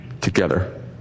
together